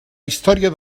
història